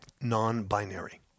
non-binary